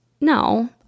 no